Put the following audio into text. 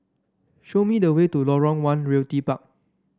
show me the way to Lorong One Realty Park